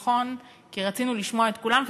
נכון, כי רצינו לשמוע את כולם.